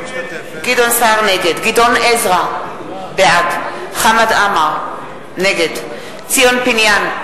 נגד גדעון עזרא, בעד חמד עמאר, נגד ציון פיניאן,